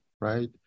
right